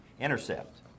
intercept